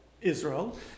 Israel